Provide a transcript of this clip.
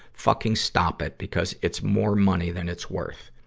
fucking stop it, because it's more money than it's worth.